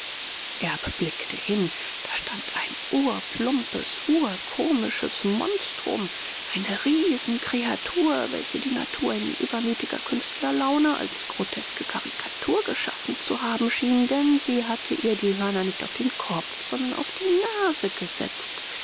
erb blickte hin da stand ein urplumpes urkomisches monstrum eine riesenkreatur welche die natur in übermütiger künstlerlaune als groteske karikatur geschaffen zu haben schien denn sie hatte ihr die hörner nicht auf den kopf sondern auf die nase gesetzt